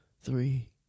three